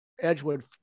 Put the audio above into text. Edgewood